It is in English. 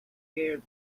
scared